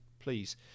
please